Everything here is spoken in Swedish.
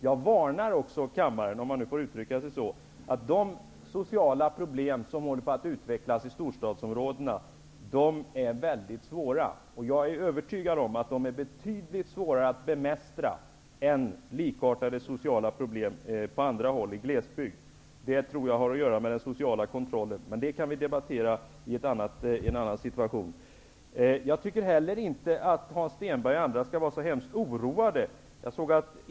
Jag varnar också kammaren -- om man får uttrycka sig så -- för att de sociala problem som håller på att utvecklas i storstadsområdena är väldigt svåra. Jag är övertygad om att de är betydligt svårare att bemästra än likartade sociala problem på andra håll i landet och i glesbygd. Det tror jag har att göra med den sociala kontrollen, men det kan vi debattera i en annan situation. Jag tycker inte heller att Hans Stenberg och andra skall behöva vara så hemskt oroliga.